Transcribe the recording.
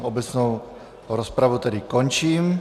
Obecnou rozpravu tedy končím.